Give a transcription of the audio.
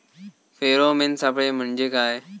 Pheromone सापळे म्हंजे काय?